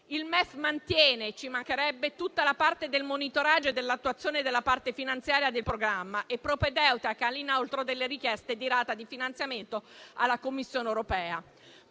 Il MEF mantiene - ci mancherebbe - tutta la parte del monitoraggio e dell'attuazione della parte finanziaria del programma, propedeutica all'inoltro delle richieste di rata di finanziamento alla Commissione europea.